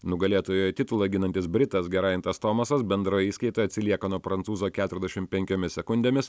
nugalėtojo titulą ginantis britas gerajentas tomasas bendroje įskaitoje atsilieka nuo prancūzo keturiasdešim penkiomis sekundėmis